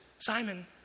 Simon